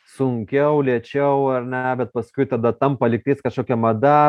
sunkiau lėčiau ar ne bet paskui tada tampa lygtais kažkokia mada